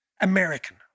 American